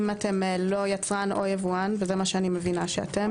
אם אתם לא יצרן או יבואן - וזה מה שאני מבינה שאתם